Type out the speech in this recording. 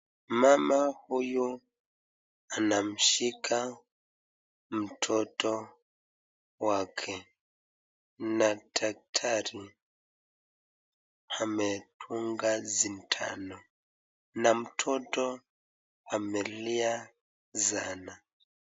Mama huyu anamshika mtoto wake na daktari amedunga sindano na mtoto amelia sana.